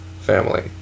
family